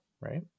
right